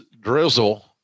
drizzle